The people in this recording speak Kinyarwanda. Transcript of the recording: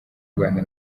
rwanda